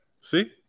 See